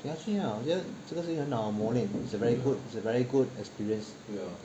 给他去 lah 我觉得这个是一个好的磨练 is a very good is very good experience